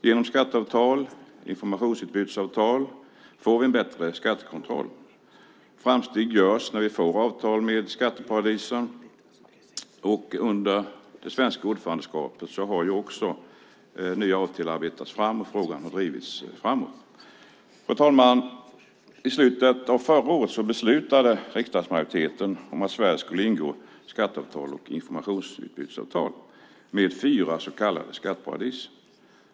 Genom skatteavtal och informationsutbytesavtal får vi en bättre skattekontroll. Framsteg görs när vi får avtal med skatteparadisen. Under det svenska ordförandeskapet har nya avtal arbetats fram. Frågan har drivits framåt. Fru talman! I slutet av förra året beslutade riksdagsmajoriteten om att Sverige skulle ingå skatteavtal och informationsutbytesavtal med fyra så kallade skatteparadis.